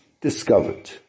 discovered